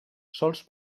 sols